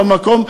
במקום,